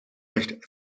recht